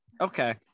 Okay